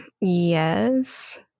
yes